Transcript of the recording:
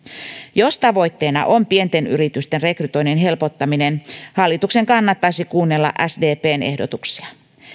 jos tavoitteena on pienten yritysten rekrytoinnin helpottaminen hallituksen kannattaisi kuunnella sdpn ehdotuksia